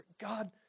God